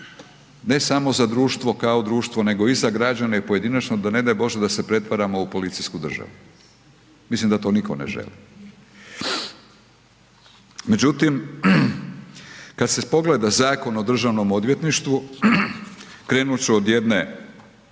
ne samo za društvo kao društvo nego i za građane i pojedinačno, da ne daj Bože da se pretvaramo u policijsku državu. Mislim da to nitno ne želi. Međutim, kad se pogleda Zakon o DORH-u, krenut ću od jedne,